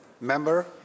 Member